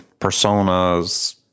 personas